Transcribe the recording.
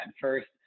first